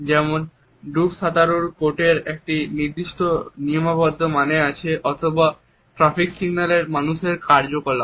যেমন ডুবসাঁতারুর কোটের একটি নির্দিষ্ট নিয়মাবদ্ধ মানে আছে অথবা ট্রাফিক সিগন্যালের মানুষটির কার্যকলাপ